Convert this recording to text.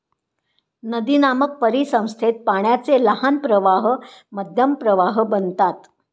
नदीनामक परिसंस्थेत पाण्याचे लहान प्रवाह मध्यम प्रवाह बनतात